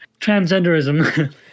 transgenderism